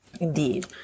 Indeed